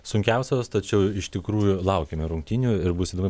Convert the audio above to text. sunkiausios tačiau iš tikrųjų laukiame rungtynių ir bus įdomu